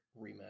rematch